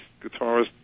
guitarist